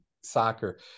soccer